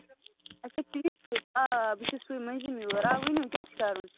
آ بہٕ چھَس سُہ مٔنٛزِم یور آ ؤنِو کیٛاہ چھِ کَرُن